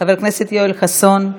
חבר הכנסת יואל חסון,